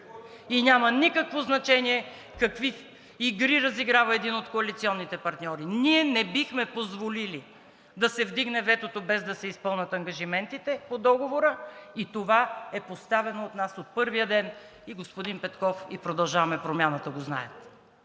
и няма никакво значение какви игри разиграва един от коалиционните партньори. Ние не бихме позволили да се вдигне ветото, без да се изпълнят ангажиментите по договора и това е поставено от нас от първия ден и господин Петков и „Продължаваме Промяната“ го знаят.